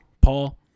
Paul